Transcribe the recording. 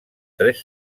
tres